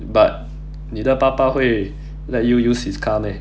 but 你的爸爸会 let you use his car meh